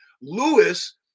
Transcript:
Lewis